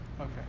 Okay